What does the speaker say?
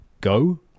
Go